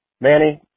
Manny